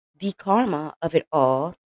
thekarmaofitall